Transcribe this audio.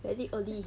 very early